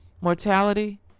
mortality